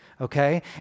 okay